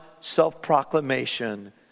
self-proclamation